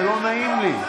זה לא נעים לי.